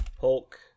Hulk